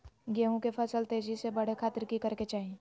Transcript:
गेहूं के फसल तेजी से बढ़े खातिर की करके चाहि?